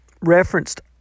referenced